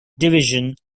division